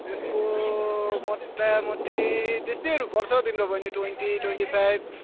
त्यसको मोटामोटी त्यस्तैहरू पर्छ तिम्रो बहिनी ट्वेन्टी ट्वेन्टी फाइभ